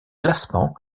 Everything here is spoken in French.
classement